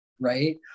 right